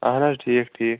اہن حظ ٹھیٖک ٹھیٖک